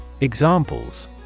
Examples